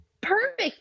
perfect